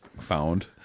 found